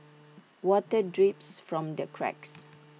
water drips from the cracks